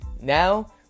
Now